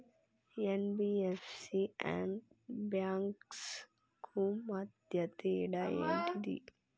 NBFC and banks కు మధ్య తేడా ఏంటిది?